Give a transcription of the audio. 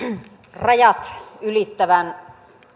rajat ylittävän